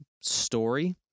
story